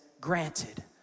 granted